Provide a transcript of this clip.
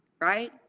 right